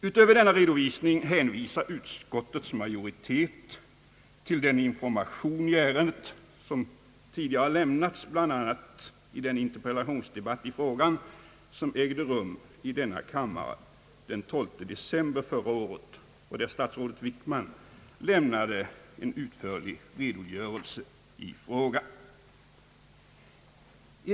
Utöver denna redovisning hänvisar utskottets majoritet till den information i ärendet som tidigare har lämnats bl.a. i den interpellationsdebatt i frågan som ägde rum i denna kammare den 12 december förra året. Statsrådet Wickman lämnade då en utförlig redogörelse i frågan.